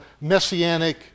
messianic